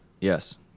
yes